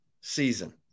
season